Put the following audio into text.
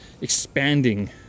expanding